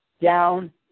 down